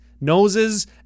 noses